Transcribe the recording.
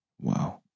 Wow